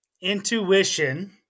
intuition